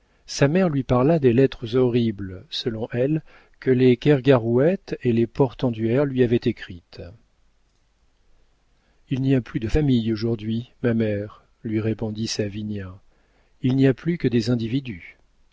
sa mère lui parla des lettres horribles selon elle que les kergarouët et les portenduère lui avaient écrites il n'y a plus de famille aujourd'hui ma mère lui répondit savinien il n'y a plus que des individus